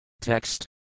Text